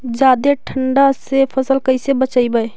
जादे ठंडा से फसल कैसे बचइबै?